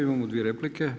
Imamo dvije replike.